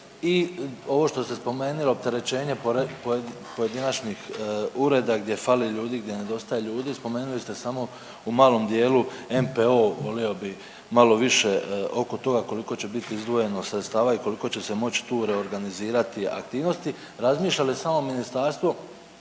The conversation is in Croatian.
I ovo što ste spomenuli opterećenje pojedinačnih ureda gdje fali ljudi, gdje nedostaje ljudi spomenuli ste samo u malom dijelu NPO volio bi malo više oko toga koliko će biti izdvojeno sredstava i koliko će se moć tu reorganizirati aktivnosti. Razmišlja li samo ministarstvo